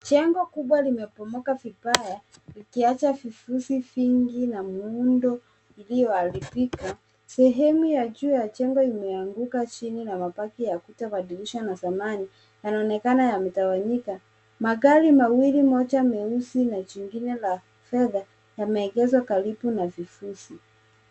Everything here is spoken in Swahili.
Jengo kubwa limeporomoka vibaya likiacha vifuzi vingi na muundo iliyoharibika. Sehemu ya juu ya jengo imeaguka chini na mabaki ya ukuta na madirisha ya zamani yanaonekana yametawanyika. Magari mawili, moja jeusi na lingine la kifedha yameegeshwa karibu na vifuzi.